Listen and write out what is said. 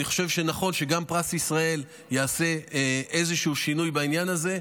אני חושב שנכון שגם בפרס ישראל ייעשה איזשהו שינוי בעניין הזה,